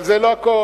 אבל זה לא הכול.